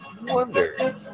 wonder